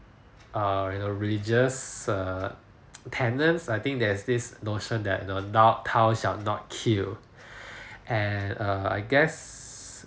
err you know religious err tenants I think there this notion that you know dou~ thou shall not kill and err I guess